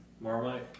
Marmite